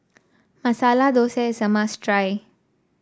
Masala Thosai is a must try